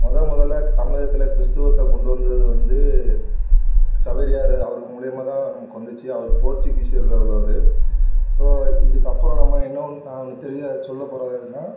மொதல் மொதலில் தமிழகத்தில் கிறிஸ்தவத்தை கொண்டு வந்தது வந்து சபேரியார் அவர் மூலியமா தான் நமக்கு வந்துச்சு அவர் போர்ச்சிக்கீசியரில் உள்ளவர் ஸோ இதுக்கு அப்புறம் நம்ம என்ன நான் ஒன்று பெரிய சொல்லப் போகிறதுன்னா